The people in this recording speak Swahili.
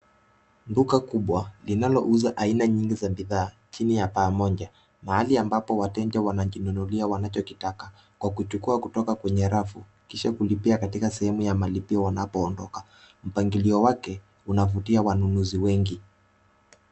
Duka kubwa, linalouza aina nyingi za bidhaa, chini ya paa moja, mahali ambapo wateja wanajinunulia wanachokitaka kwa kuchukua kutoka kwenye rafu kisha kulipia katika sehemu ya malipio wanapoondoka. Mpangilio wake unavutia wanunuzi wengi.